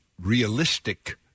realistic